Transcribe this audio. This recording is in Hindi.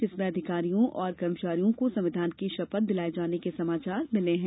जिसमें अधिकारियों और कर्मचारियों को संविधान की शपथ दिलाये जाने के समाचार मिले हैं